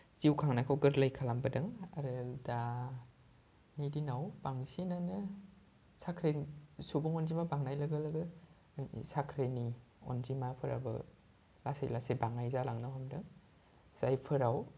जिउ खांनायखौ गोरलै खालामबोदों आरो दानि दिनाव बांसिनानो साख्रि सुबुं अनजिमा बांनाय लोगो लोगोनो साख्रिनि अनजिमाफोराबो लासै लासै बाङाइ जालांनो हमदों जायफोराव